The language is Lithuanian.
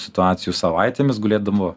situacijų savaitėmis gulėdavo